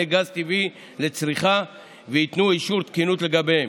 גז טבעי לצריכה וייתנו אישור תקינות לגביהם,